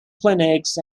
clinics